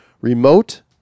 remote